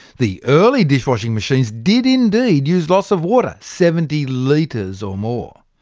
the early dishwashing machines did indeed use lots of water seventy litres or more.